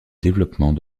développement